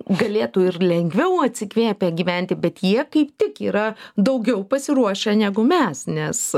galėtų ir lengviau atsikvėpę gyventi bet jie kaip tik yra daugiau pasiruošę negu mes nes